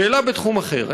שאלה בתחום אחר.